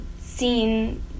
seen